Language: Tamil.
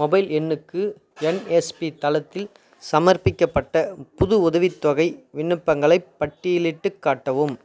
மொபைல் எண்ணுக்கு என்எஸ்பி தளத்தில் சமர்ப்பிக்கப்பட்ட புது உதவித்தொகை விண்ணப்பங்களைப் பட்டியலிட்டுக்காட்டவும்